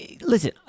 listen